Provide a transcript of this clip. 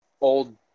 old